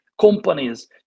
companies